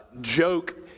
joke